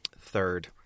third